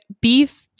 beef